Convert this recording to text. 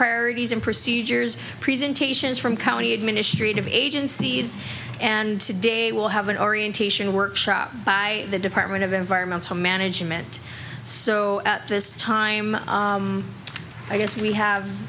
priorities and procedures presentations from county administrative agencies and today will have an orientation workshop by the department of environmental management so this time i guess we have